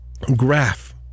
graph